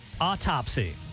autopsy